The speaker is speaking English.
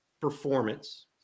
performance